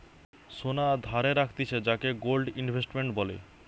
সোনা ধারে রাখতিছে যাকে গোল্ড ইনভেস্টমেন্ট বলে